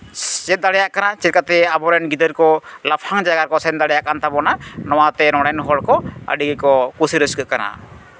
ᱪᱮᱫ ᱫᱟᱲᱮᱭᱟᱜ ᱠᱟᱱᱟ ᱪᱮᱫ ᱠᱟᱛᱮᱫ ᱟᱵᱚᱨᱮᱱ ᱜᱤᱫᱟᱹᱨ ᱠᱚ ᱞᱟᱯᱷᱟᱝ ᱡᱟᱭᱜᱟ ᱨᱮᱠᱚ ᱥᱮᱱ ᱫᱟᱲᱮᱭᱟᱜ ᱠᱟᱱ ᱛᱟᱵᱚᱱᱟ ᱱᱚᱣᱟᱛᱮ ᱱᱚᱸᱰᱮᱱ ᱦᱚᱲᱠᱚ ᱟᱹᱰᱤ ᱜᱮᱠᱚ ᱠᱩᱥᱤ ᱨᱟᱹᱥᱠᱟᱹᱜ ᱠᱟᱱᱟ